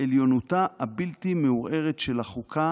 עליונותה הבלתי-מעורערת של החוקה